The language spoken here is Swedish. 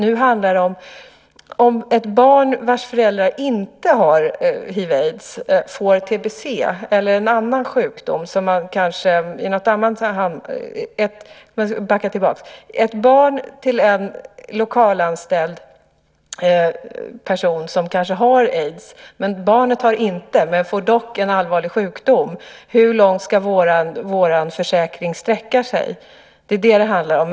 Nu handlar det om barn till lokalanställda personer som har aids. Om barnet inte har aids men får en annan allvarlig sjukdom - hur långt ska då vår försäkring sträcka sig? Det är det som det handlar om.